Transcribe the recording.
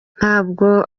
ntabwo